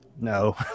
no